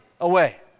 away